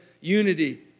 unity